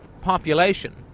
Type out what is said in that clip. population